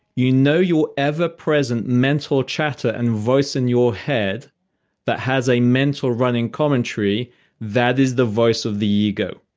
you know your ever present mental chatter and voice in your head that has a mental running commentary that is the voice of the ego.